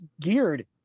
geared